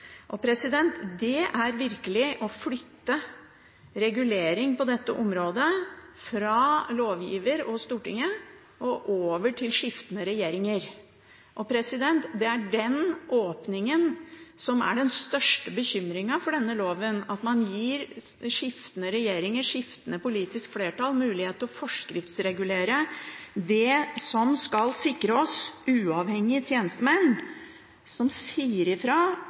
og det er virkelig å flytte regulering på dette området fra lovgiver og Stortinget og over til skiftende regjeringer. Det er den åpningen som er den største bekymringen ved denne loven, at man gir skiftende regjeringer og skiftende politisk flertall mulighet til å forskriftsregulere det som skal sikre oss uavhengige tjenestemenn som sier ifra